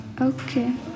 Okay